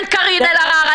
כן, קארין אלהרר.